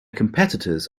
competitors